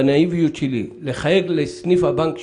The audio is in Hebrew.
בנאיביות שלי לחייג לסניף הבנק שלי,